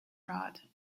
fraud